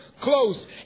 close